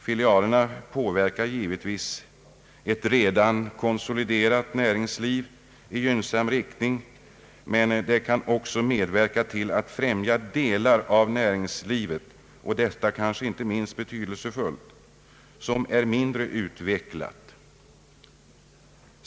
Filialerna påverkar givetvis ett redan konsoliderat näringsliv i gynnsam riktning, men de kan också medverka till att främja delar av näringslivet — och detta är inte minst betydelsefullt — som är mindre utvecklade.